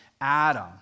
Adam